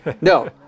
No